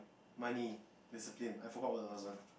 money discipline I forgot what's the last one